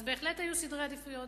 אז בהחלט היו סדרי עדיפויות,